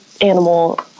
animal